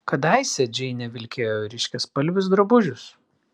kadaise džeinė vilkėjo ryškiaspalvius drabužius